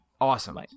Awesome